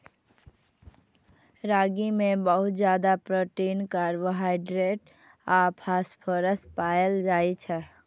रागी मे बहुत ज्यादा प्रोटीन, कार्बोहाइड्रेट आ फास्फोरस पाएल जाइ छै